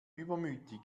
übermütig